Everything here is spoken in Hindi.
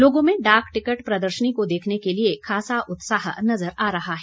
लोगों में डाक टिकट प्रदर्शनी को देखने के लिए खासा उत्साह नजर आ रहा है